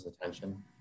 attention